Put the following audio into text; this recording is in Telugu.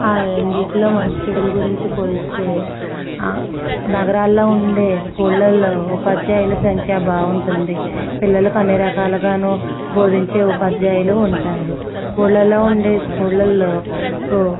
ఆ రెండింటిలో మంచి చెడులు గురించి పోలిస్తే నగరాలలో ఉండే స్కూల్లలో ఉపాధ్యాయుల సంఖ్య బాగుంటుంది పిల్లలకు అన్నీ రకాలుగా బోధించే ఉపాధ్యాయులు ఉంటారు ఊళ్ళలో ఉండే స్కూల్లలో